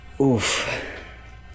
Oof